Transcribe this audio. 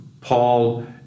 Paul